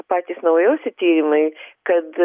patys naujausi tyrimai kad